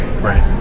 Right